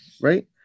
right